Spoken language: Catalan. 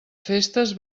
festes